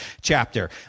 chapter